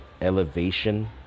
elevation